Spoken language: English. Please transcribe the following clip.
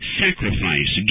sacrifice